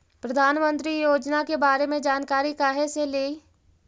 प्रधानमंत्री योजना के बारे मे जानकारी काहे से ली?